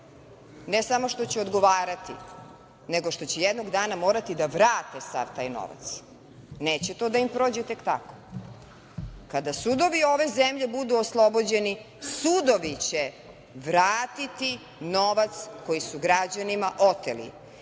ne samo što će odgovarati, nego što će jednog dana morati da vrate sav taj novac. Neće to da im prođe tek tako. Kada sudovi ove zemlje budu oslobođeni, sudovi će vratiti novac koji su građanima oteli.